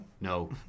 no